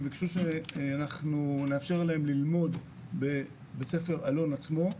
הם ביקשו שאנחנו נאפשר להם ללמוד בבית ספר אלון עצמו,